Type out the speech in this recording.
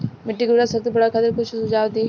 मिट्टी के उर्वरा शक्ति बढ़ावे खातिर कुछ सुझाव दी?